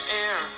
air